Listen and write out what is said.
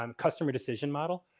um customer decision model.